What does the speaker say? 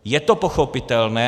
Je to pochopitelné.